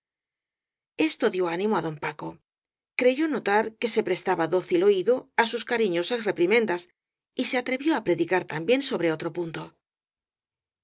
esto dió ánimo á don paco creyó notar que se prestaba dócil oído á sus cariñosas repiimendas y se atrevió á predicar también sobre otro punto